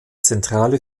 zentrale